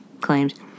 claimed